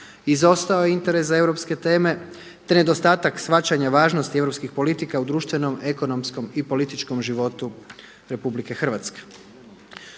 izostao je interes za europske teme, te nedostatak shvaćanja važnosti europskih politika u društvenom, ekonomskom i političkom životu RH.